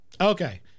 Okay